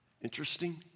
Interesting